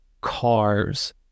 cars